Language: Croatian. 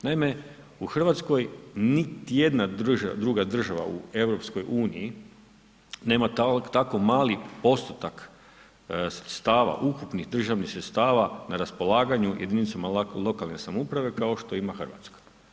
Naime, u Hrvatskoj niti jedna druga država u EU-u nema tako mali postotak sredstava, ukupnih državnih sredstava na raspolaganju jedinicama lokalne samouprave kao što ima Hrvatska.